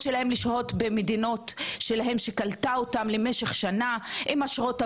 לשהות במדינות שקלטו אותם למשך שנה עם אשרות עבודה.